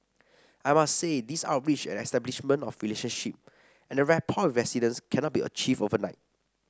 I must say these outreach and establishment of relationship and rapport with residents cannot be achieved overnight